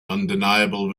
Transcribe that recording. undeniable